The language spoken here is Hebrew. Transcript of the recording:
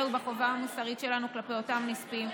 והחובה המוסרית שלנו כלפי אותם נספים,